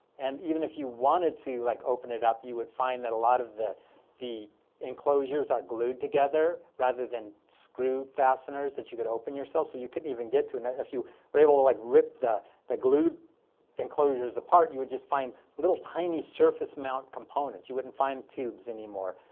and even if you wanted to like open it up, you would find that a lot of the the enclosures are glued together rather than screw fasteners that you could open yourself. so you couldn't even get to and it. if you were able to like rip the the glued enclosures apart, you would just find little tiny surface mount components. you wouldn't find tubes anymore.